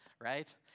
right